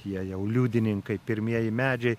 jie jau liudininkai pirmieji medžiai